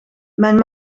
mijn